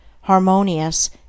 harmonious